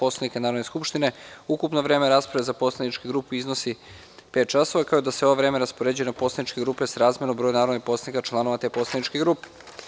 Poslovnika Narodne skupštine ukupno vreme rasprave za poslaničke grupe iznosi pet časova, kao i da se ovo vreme raspoređuje na poslaničke grupe srazmerno broju narodnih poslanika, članova te poslaničke grupe.